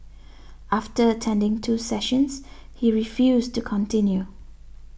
after attending two sessions he refused to continue